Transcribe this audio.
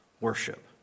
worship